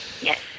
Yes